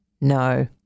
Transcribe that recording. No